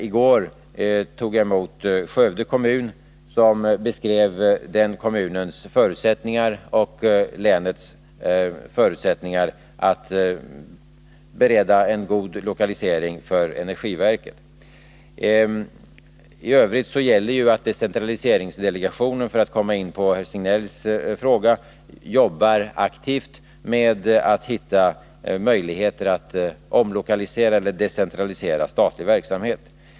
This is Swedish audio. I går tog jag emot representanter för Skövde kommun, vilka beskrev den kommunens förutsättningar samt länets förutsättningar att bereda en god lokalisering för energiverket. I övrigt gäller ju att decentraliseringsdelegationen — jag kommer då in på Gösta Signells fråga — jobbar aktivt med att hitta möjligheter när det gäller att omlokalisera eller decentralisera statlig verksamhet.